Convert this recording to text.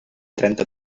trenta